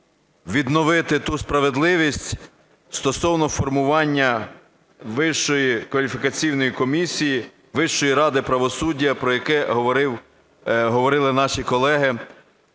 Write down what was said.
відновити ту справедливість стосовно формування Вищої кваліфікаційної комісії, Вищої ради правосуддя, про яке говорили наші колеги,